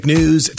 News